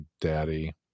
daddy